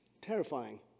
terrifying